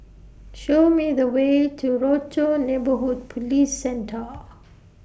Show Me The Way to Rochor Neighborhood Police Centre